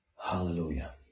Hallelujah